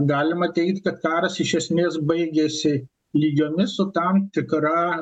galima teigt kad karas iš esmės baigėsi lygiomis su tam tikra